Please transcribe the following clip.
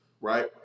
Right